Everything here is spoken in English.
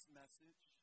message